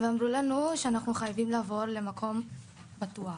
ואמרו לנו שאנחנו חייבים לעבור למקום פתוח.